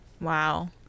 wow